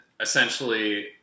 essentially